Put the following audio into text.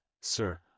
sir